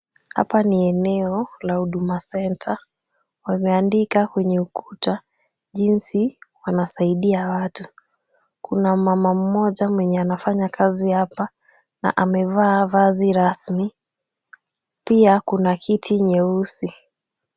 Hapa ni eneo la Huduma Centre. Wameandika kwenye ukuta jinsi wanasaidia watu. Kuna mama mmoja mwenye anafanya kazi hapa na amevaa vazi rasmi. Pia kuna kiti nyeusi.